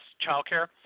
childcare